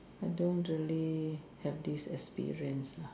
I don't really have this experience lah